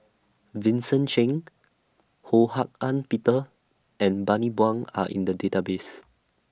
Vincent Cheng Ho Hak Ean Peter and Bani Buang Are in The Database